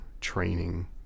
training